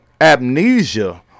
amnesia